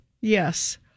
Yes